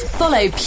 follow